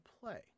play